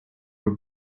were